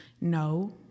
no